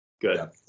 Good